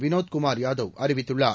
வினோத் குமார் யாதவ் அறிவித்துள்ளார்